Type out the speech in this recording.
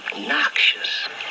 obnoxious